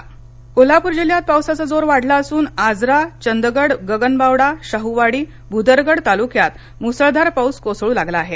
कोल्हापर कोल्हापूर जिल्ह्यात पावसाचा जोर वाढला असून आजरा चंदगड गगनबावडा शाहूवाडी भूदरगड तालुक्यात मुसळधार पाऊस कोसळू लागला आहे